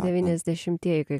devyniasdešimtieji kai